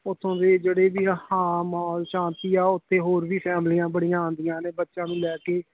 ਉੱਥੋਂ ਦੀ ਜਿਹੜੀ ਵੀ ਹਾਂ ਮਾਹੌਲ ਸ਼ਾਂਤੀ ਆ ਉੱਥੇ ਹੋਰ ਵੀ ਫੈਮਲੀਆਂ ਬੜੀਆਂ ਆਉਂਦੀਆਂ ਨੇ ਬੱਚਿਆਂ ਨੂੰ ਲੈ ਕੇ